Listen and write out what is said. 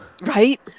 right